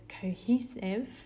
cohesive